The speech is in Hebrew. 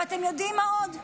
ואתם יודעים מה עוד?